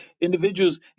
individuals